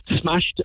smashed